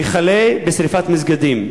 וכלה בשרפת מסגדים.